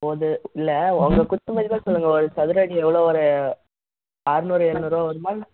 ஓ அது இல்லை ஒரு குத்து மதிப்பாக சொல்லுங்கள் ஒரு சதுர அடி எவ்வளோ ஒரு ஆறுநூறு எழுநூறுவா வருமா